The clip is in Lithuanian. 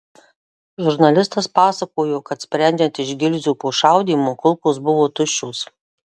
žurnalistas pasakojo kad sprendžiant iš gilzių po šaudymo kulkos buvo tuščios